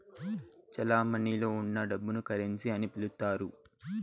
చెలమణిలో ఉన్న డబ్బును కరెన్సీ అని పిలుత్తారు